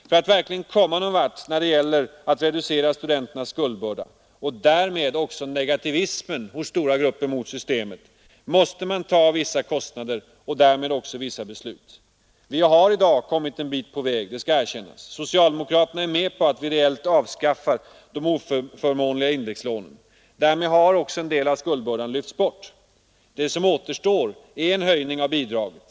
För att verkligen komma någon vart när det gäller att reducera studenternas skuldbörda — och därmed negativismen hos stora grupper mot systemet — måste man ta vissa kostnader och därmed också vissa beslut. Vi har i dag kommit en bit på väg, det skall erkännas. Socialdemokraterna är med på att vi reellt avskaffar de oförmånliga indexlånen. Därmed har också en del av skuldbördan lyfts bort. Det som återstår är en höjning av bidraget.